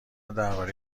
درباره